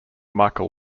michael